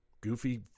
goofy